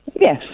Yes